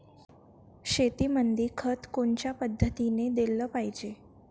शेतीमंदी खत कोनच्या पद्धतीने देलं पाहिजे?